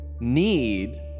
Need